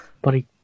Buddy